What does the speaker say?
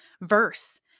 verse